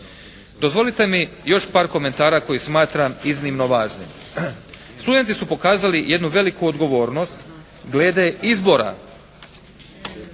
Dozvolite mi još par komentara koji smatram iznimno važnim. Studenti su pokazali jednu veliku odgovornost glede izbora.